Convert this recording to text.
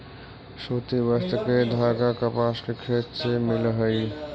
सूति वस्त्र के धागा कपास के खेत से मिलऽ हई